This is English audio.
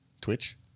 Twitch